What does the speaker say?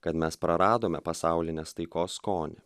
kad mes praradome pasaulinės taikos skonį